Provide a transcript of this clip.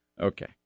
Okay